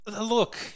Look